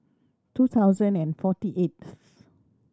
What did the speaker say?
two thousand and forty eighth